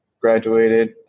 graduated